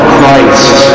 Christ